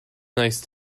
nice